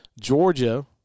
Georgia